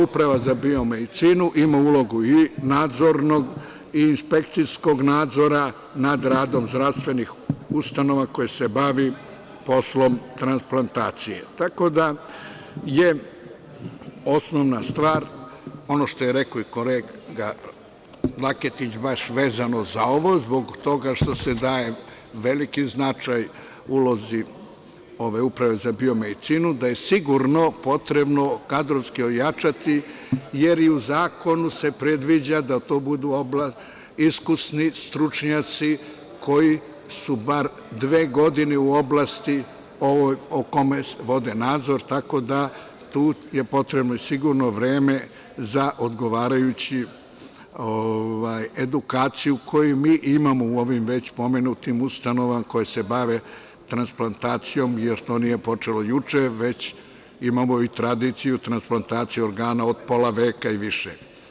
Uprava za biomedicinu ima ulogu i nadzornog i inspekcijskog nadzora nad radom zdravstvenih ustanova koje se bavi poslom transplantacije, tako da je osnovna stvar ono što je rekao i kolega Laketić, baš vezano za ovo, zbog toga što se daje veliki značaj ulozi ove Uprave za biomedicinu, da je sigurno potrebno kadrovski ojačati, jer i u zakonu se predviđa da to budu iskusni stručnjaci koji su bar dve godine u oblasti o kome vode nadzor, tako da je tu potrebno sigurno vreme za odgovarajuću edukaciju koju mi imamo u ovim već pomenutim ustanovama koje se bave transplantacijom, jer to nije počelo juče, već imamo i tradiciju transplantacije organa od pola veka i više.